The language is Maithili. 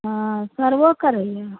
हँ सड़बो करैए